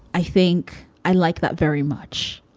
i think i like that very much.